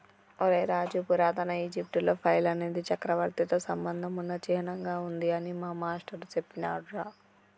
ఒరై రాజు పురాతన ఈజిప్టులో ఫైల్ అనేది చక్రవర్తితో సంబంధం ఉన్న చిహ్నంగా ఉంది అని మా మాష్టారు సెప్పినాడురా